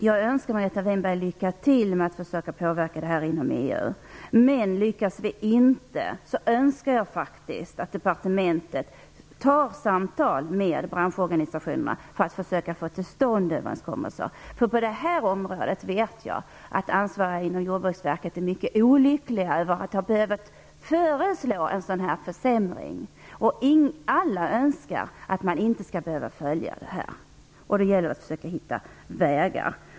Jag önskar Margareta Winberg lycka till med att försöka påverka frågan inom EU. Men lyckas vi inte önskar jag att departementet för samtal med branschorganisationerna för att försöka få till stånd överenskommelser. På detta område vet jag att ansvariga inom Jordbruksverket är mycket olyckliga över att behöva föreslå en sådan försämring. Alla önskar att man inte skall behöva följa detta förslag. Det gäller att försöka hitta vägar.